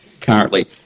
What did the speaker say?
currently